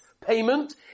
payment